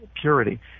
purity